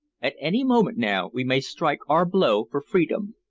at any moment now we may strike our blow for freedom.